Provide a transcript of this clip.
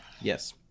Yes